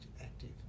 active